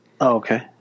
Okay